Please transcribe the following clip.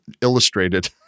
illustrated—